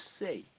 say